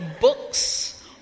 books